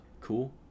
cool